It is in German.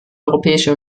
europäische